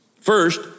First